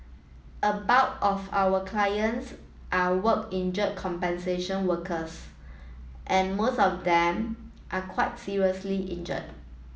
a bulk of our clients are work injury compensation workers and most of them are quite seriously injured